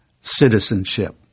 citizenship